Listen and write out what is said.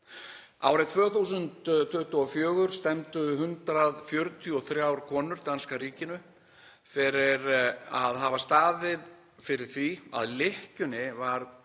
Árið 2024 stefndu 143 konur danska ríkinu fyrir að hafa staðið fyrir því að lykkjunni var